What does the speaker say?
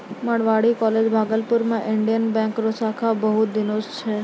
Marwari college Bhagalpur मे Indian bank रो शाखा बहुत दिन से छै